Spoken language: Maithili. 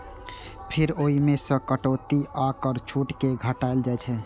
फेर ओइ मे सं कटौती आ कर छूट कें घटाएल जाइ छै